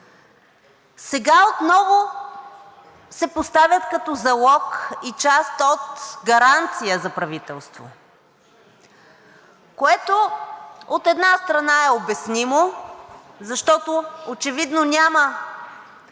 Сега отново се поставят като залог и част от гаранция за правителство, което, от една страна, е обяснимо, защото очевидно няма